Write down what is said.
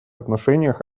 отношениях